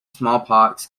smallpox